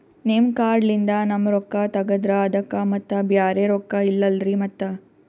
ನಿಮ್ ಕಾರ್ಡ್ ಲಿಂದ ನಮ್ ರೊಕ್ಕ ತಗದ್ರ ಅದಕ್ಕ ಮತ್ತ ಬ್ಯಾರೆ ರೊಕ್ಕ ಇಲ್ಲಲ್ರಿ ಮತ್ತ?